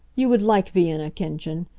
you would like vienna, kindchen.